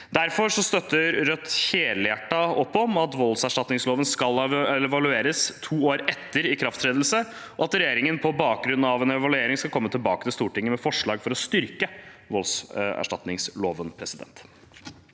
Derfor støtter Rødt helhjertet opp om at voldserstatningsloven skal evalueres to år etter ikrafttredelse, og at regjeringen på bakgrunn av en evaluering skal komme tilbake til Stortinget med forslag om å styrke voldserstatningsloven. Ingvild